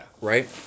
Right